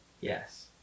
Yes